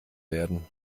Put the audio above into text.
werden